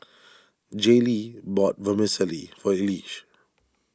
Jaylee bought Vermicelli for Elige